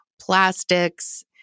plastics